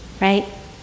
right